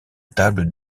table